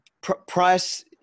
price